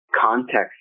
context